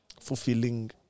fulfilling